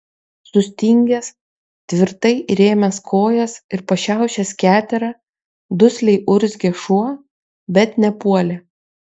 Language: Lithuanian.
sustingęs tvirtai įrėmęs kojas ir pašiaušęs keterą dusliai urzgė šuo bet nepuolė